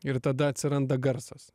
ir tada atsiranda garsas